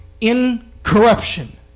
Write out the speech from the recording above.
incorruption